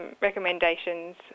recommendations